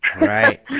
Right